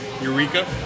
Eureka